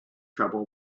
trouble